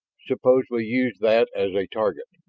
suppose we use that as a target?